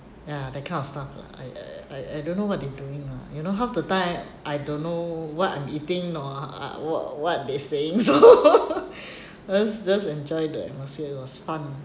ya that kind of stuff lah I I I I I don't know what they're doing lah you know half the time I don't know what I'm eating nor uh what what they're saying so I was just enjoy the atmosphere it was fun